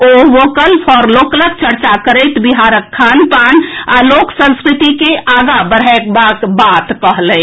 O vocal for लोकलक चर्चा करैत बिहारक खान पान आ लोक संस्कृति के आगां बढ़एबाक बात कहलनि